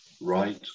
right